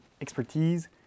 expertise